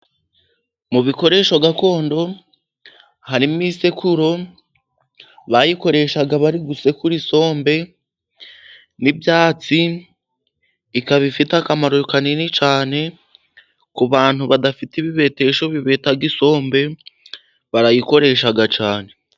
Mu bikoresho gakondo harimo isekuro. Bayikoresha bari gusekura isombe n'ibyatsi. Ikaba ifite akamaro kanini cyane ku bantu badafite ibibetesho bibeta isombe barayikoresha cyane.